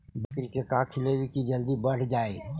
बकरी के का खिलैबै कि जल्दी बढ़ जाए?